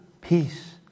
peace